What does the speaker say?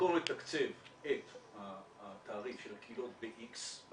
במקום לתקצב את התעריף של הקהילות באיקס,